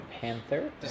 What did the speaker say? panther